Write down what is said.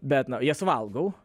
bet na jas valgau